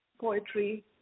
poetry